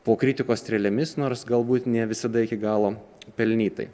po kritikos strėlėmis nors galbūt ne visada iki galo pelnytai